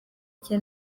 cye